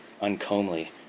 uncomely